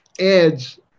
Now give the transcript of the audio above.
adds